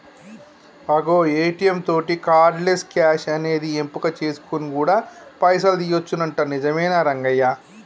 అగో ఏ.టీ.యం తోటి cardless cash అనేది ఎంపిక చేసుకొని కూడా పైసలు తీయొచ్చునంట నిజమేనా రంగయ్య